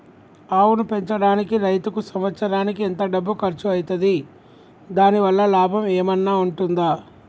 ఆవును పెంచడానికి రైతుకు సంవత్సరానికి ఎంత డబ్బు ఖర్చు అయితది? దాని వల్ల లాభం ఏమన్నా ఉంటుందా?